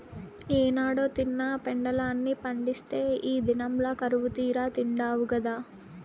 ఏనాడో తిన్న పెండలాన్ని పండిత్తే ఈ దినంల కరువుతీరా తిండావు గదా